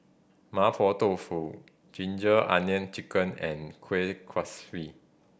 Mapo Tofu ginger onion chicken and kuih kuaswi